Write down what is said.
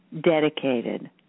dedicated